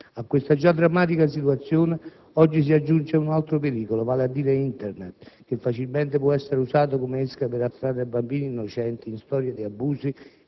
A questa già drammatica situazione oggi si aggiunge un altro pericolo, vale a dire Internet, che facilmente può essere usato come esca per attrarre bambini innocenti in storie di abusi